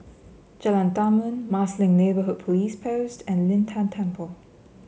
Jalan Tarum Marsiling Neighbourhood Police Post and Lin Tan Temple